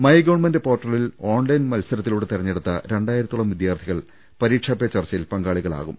my government പോർട്ടലിൽ online മത്സരത്തിലൂടെ തെരഞ്ഞെടുത്ത രണ്ടായിരത്തോളം വിദ്യാർത്ഥികൾ പരീ ക്ഷാപേ ചർച്ചയിൽ പങ്കാളികളാകും